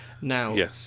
Now